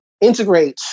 integrate